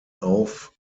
auf